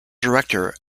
director